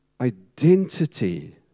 identity